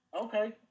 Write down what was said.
Okay